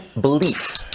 belief